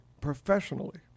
professionally